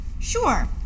Sure